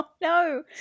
No